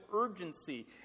urgency